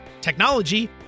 technology